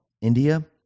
India